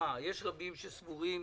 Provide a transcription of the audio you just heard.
שסבורים